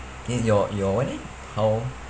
then your your one eh how